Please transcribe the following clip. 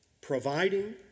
providing